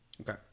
Okay